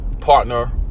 partner